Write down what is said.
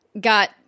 got